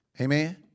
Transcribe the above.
Amen